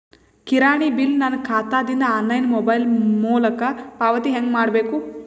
ಕಿರಾಣಿ ಬಿಲ್ ನನ್ನ ಖಾತಾ ದಿಂದ ಆನ್ಲೈನ್ ಮೊಬೈಲ್ ಮೊಲಕ ಪಾವತಿ ಹೆಂಗ್ ಮಾಡಬೇಕು?